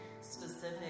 specific